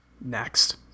Next